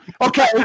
Okay